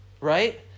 right